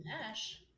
Nash